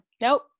Nope